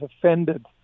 offended